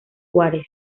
juárez